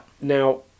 Now